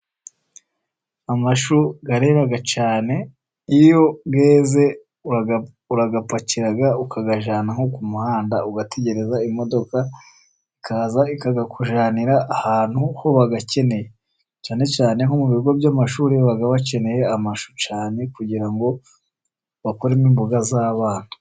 Amashu arera cyane, iyo yeze urayapakira ukayajyana nko ku muhanda ugategereza imodoka, ikaza ikayakujyanira ahantu ho bayakeneye, cyane cyane nko mu bigo by'amashuri baba bakeneye amashu cyane, kugira ngo bakuremo imboga z'abana.